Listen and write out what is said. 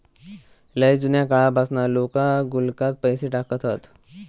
लय जुन्या काळापासना लोका गुल्लकात पैसे टाकत हत